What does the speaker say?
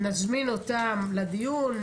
נזמין אותם לדיון,